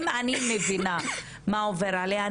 אם אני מבינה מה עובר עליה,